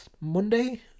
Monday